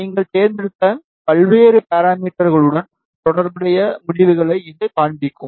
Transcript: நீங்கள் தேர்ந்தெடுத்த பல்வேறு பாராமீட்டர்க்களுடன் தொடர்புடைய முடிவுகளை இது காண்பிக்கும்